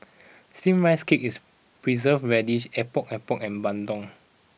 Steamed Rice Cake is Preserved Radish Epok Epok and Bandung